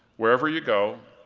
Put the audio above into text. wherever you go,